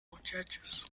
muchachos